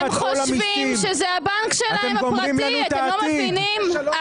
הם חושבים שזה הבנק שלהם הפרטי, אתם לא מבינים?